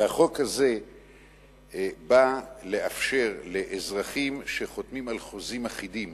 החוק הזה בא לאפשר לאזרחים שחותמים על חוזים אחידים